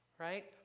right